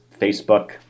Facebook